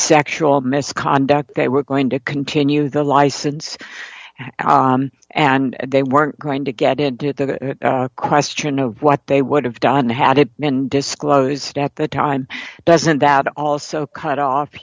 sexual misconduct they were going to continue the license and they weren't going to get into the question of what they would have done had it been disclosed at the time doesn't that also cut off